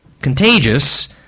contagious